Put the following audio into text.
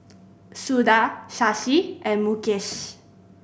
Suda Shashi and Mukesh